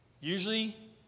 Usually